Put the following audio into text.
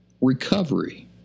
Recovery